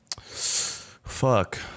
Fuck